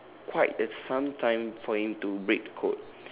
quite a some time for him to break the code